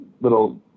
little